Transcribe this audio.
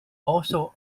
also